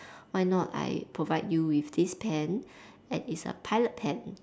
why not I provide you with this pen and it's a pilot pen